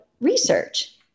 research